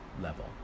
level